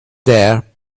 there